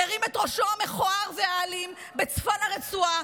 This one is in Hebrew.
מרים את ראשו המכוער והאלים בצפון הרצועה,